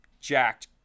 jacked